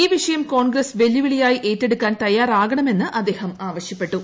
ഈ വിഷയം കോൺഗ്രസ് വെല്ലുവിളിയായി ഏറ്റെടുക്കാൻ തയ്യാറാകണമെന്ന് അദ്ദേഹം ആവശ്യപ്പെട്ടു